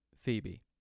Phoebe